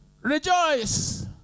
Rejoice